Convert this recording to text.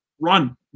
run